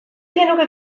genuke